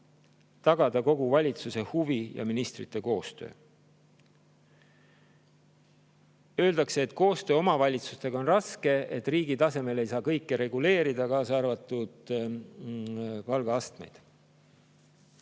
tagada kogu valitsuse huvi ja ministrite koostöö. Öeldakse, et koostöö omavalitsustega on raske ja riigi tasemel ei saa kõike reguleerida, kaasa arvatud palgaastmeid.